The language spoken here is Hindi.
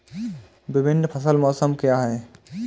विभिन्न फसल मौसम क्या हैं?